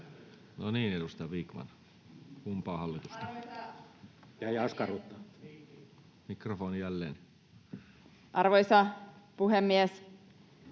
Arvoisa puhemies!